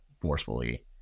forcefully